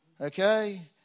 Okay